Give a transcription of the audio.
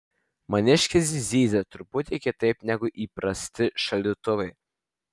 maniškis zyzia truputį kitaip negu įprasti šaldytuvai